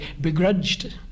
begrudged